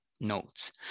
notes